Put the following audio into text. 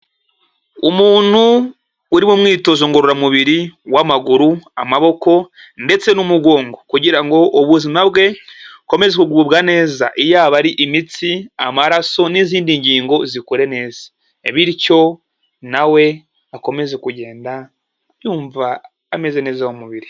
Umuntu uri mu m mwitozo ngororamubiri, w'amaguru amaboko ndetse n'umugongo. Kugira ngo ubuzima bwe bukomeze kugubwa neza, yaba ari imitsi amaraso n'izindi ngingo zikore neza bityo nawe we akomeze kugenda yumva ameze neza mu mubiri.